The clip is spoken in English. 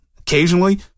occasionally